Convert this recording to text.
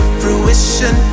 fruition